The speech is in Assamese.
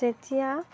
যেতিয়া